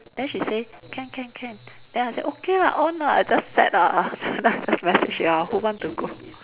then she say can can can then I say okay lah on ah I just set ah then I just message you all who want to go